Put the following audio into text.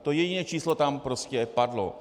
To jediné číslo tam prostě padlo.